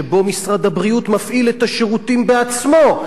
שבו משרד הבריאות מפעיל את השירותים בעצמו.